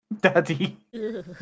Daddy